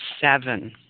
seven